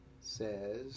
says